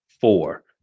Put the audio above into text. four